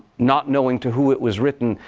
not knowing to who it was written,